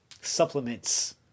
supplements